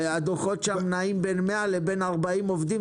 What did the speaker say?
הדוחות שם מדברים על בין 100 לבין 40 עובדים,